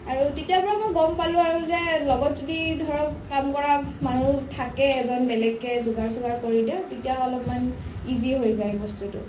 আৰু তেতিয়াৰ পৰা মই গম পালোঁ আৰু যে লগত যদি ধৰক কাম কৰা মানুহ থাকে এজন বেলেগকৈ যোগাৰ চোগাৰ কৰি দিয়া তেতিয়া অলপমান ইজি হৈ যায় বস্তুটো